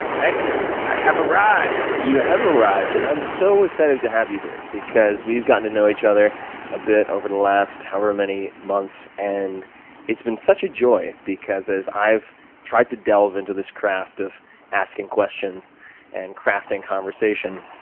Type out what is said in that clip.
thank you. i have arrived. you have arrived and i'm so excited to have you here because we've gotten to know each other a bit over the last however many months. and it's been such a joy because as i've tried to delve into this craft of asking questions and crafting conversation,